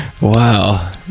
wow